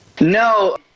No